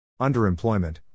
Underemployment